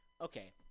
Okay